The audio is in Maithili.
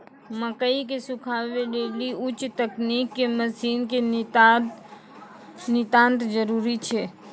मकई के सुखावे लेली उच्च तकनीक के मसीन के नितांत जरूरी छैय?